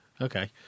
Okay